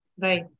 Right